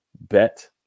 Bet